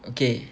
okay